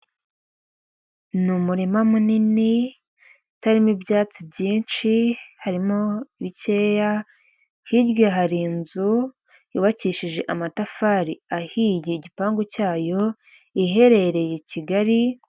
Ni umurima munini utarimo ibyatsi byinshi harimo bikeya, hirya hari inzu yubakishije amatafari ahiye igipangu cyayo, iherereye i Kigali.